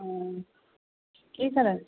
हूँ की कऽ रहल छी